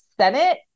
Senate